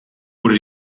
wurde